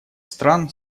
стран